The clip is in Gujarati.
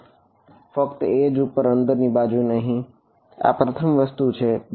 ના ફક્ત એજ સાથે T1 પર નું શું કહેવું છે